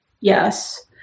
yes